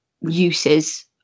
uses